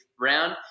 round